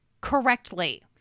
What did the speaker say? correctly